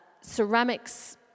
ceramics